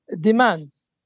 demands